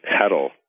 pedal